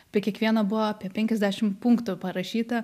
apie kiekvieną buvo apie penkiasdešim punktų parašyta